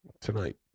tonight